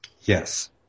Yes